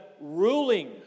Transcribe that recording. ruling